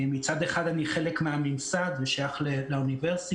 מצד אחד אני חלק מהממסד ושייך לאוניברסיטה,